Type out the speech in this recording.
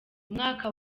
umwaka